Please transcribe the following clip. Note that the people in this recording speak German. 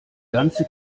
ganze